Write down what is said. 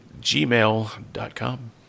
gmail.com